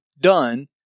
done